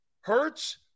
Hurts